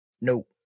Nope